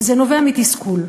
זה נובע מתסכול.